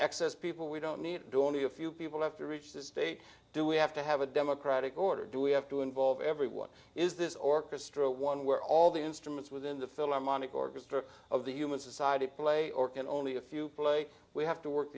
people we don't need do only a few people have to reach this state do we have to have a democratic order do we have to involve everyone is this orchestra one where all the instruments within the fill are monic orchestra of the human society play or can only a few play we have to work